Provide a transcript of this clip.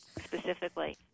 specifically